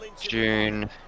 June